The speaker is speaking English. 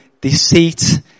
deceit